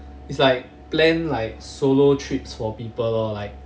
it's like plan like solo trips for people lor like